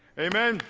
amen.